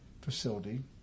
facility